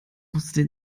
musste